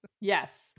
Yes